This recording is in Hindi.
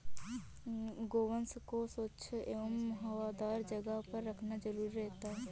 गोवंश को स्वच्छ एवं हवादार जगह पर रखना जरूरी रहता है